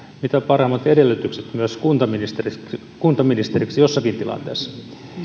mitä parhaimmat edellytykset myös kuntaministeriksi kuntaministeriksi jossakin tilanteessa